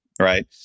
Right